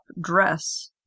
dress